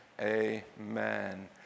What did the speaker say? amen